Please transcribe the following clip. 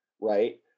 Right